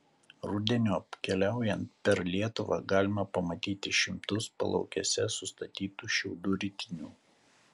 rudeniop keliaujant per lietuvą galima pamatyti šimtus palaukėse sustatytų šiaudų ritinių